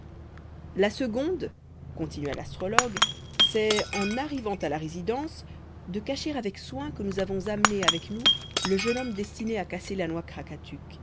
la seconde continua l'astrologue c'est en arrivant à la résidence de cacher avec soin que nous avons amené avec nous le jeune homme destiné à casser la noix